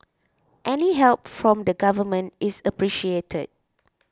any help from the Government is appreciated